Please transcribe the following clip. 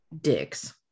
dicks